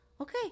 okay